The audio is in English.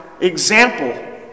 example